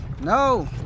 no